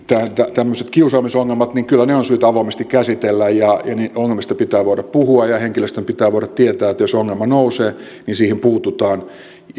tämmöiset kiusaamisongelmat kyllä on syytä avoimesti käsitellä ongelmista pitää voida puhua ja ja henkilöstön pitää voida tietää että jos ongelma nousee niin siihen puututaan